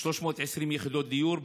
320 יחידות דיור,